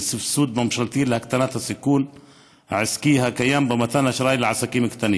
וסבסוד ממשלתי להקטנת הסיכון העסקי הקיים במתן אשראי לעסקים קטנים,